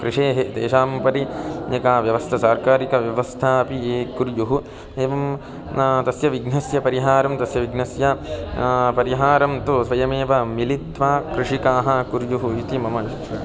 कृषेः तेषाम् उपरि एका व्यवस्था सर्वकारीया व्यवस्था अपि ये कुर्युः एवं तस्य विघ्नस्य परिहारं तस्य विघ्नस्य परिहारं तु स्वयमेव मिलित्वा कृषिकाः कुर्युः इति मम अभिप्रायः